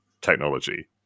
technology